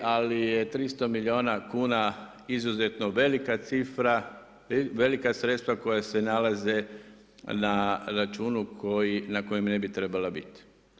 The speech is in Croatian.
Ali, je 300 milijuna kuna izuzetno velika cifra, velika sredstva koja se nalaze na računu na kojima ne bi trebala biti.